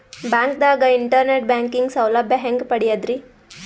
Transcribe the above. ಬ್ಯಾಂಕ್ದಾಗ internet banking ಸೌಲಭ್ಯ ಹೆಂಗ್ ಪಡಿಯದ್ರಿ?